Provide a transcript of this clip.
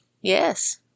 Yes